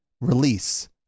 release